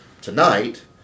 tonight